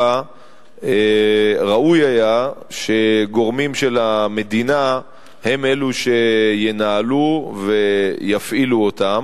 ראוי היה שגורמים של המדינה הם שינהלו ויפעילו אותם.